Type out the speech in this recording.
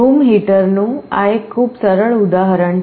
room હીટરનું આ એક ખૂબ સરળ ઉદાહરણ છે